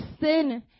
sin